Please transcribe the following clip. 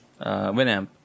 Winamp